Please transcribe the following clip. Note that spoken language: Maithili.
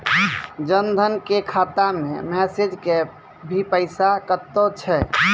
जन धन के खाता मैं मैसेज के भी पैसा कतो छ?